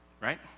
right